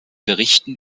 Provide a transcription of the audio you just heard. berichten